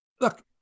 Look